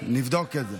נבדוק את זה.